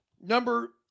number